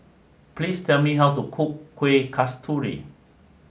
please tell me how to cook Kuih Kasturi